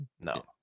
no